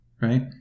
right